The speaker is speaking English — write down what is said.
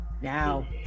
Now